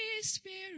Spirit